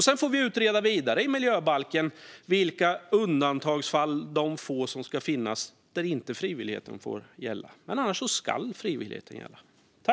Sedan får vi utreda vidare i miljöbalken i vilka undantagsfall - de få som ska finnas - som frivilligheten inte gäller. Annars skall frivillighet gälla.